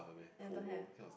ya don't have